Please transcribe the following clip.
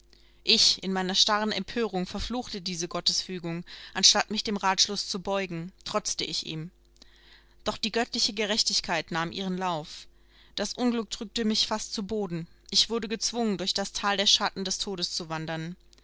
ich in meiner starren empörung verfluchte diese gottesfügung anstatt mich dem ratschluß zu beugen trotzte ich ihm doch die göttliche gerechtigkeit nahm ihren lauf das unglück drückte mich fast zu boden ich wurde gezwungen durch das thal der schatten des todes zu wandern